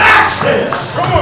access